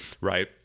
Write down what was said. right